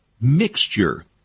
mixture